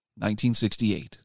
1968